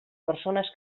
persones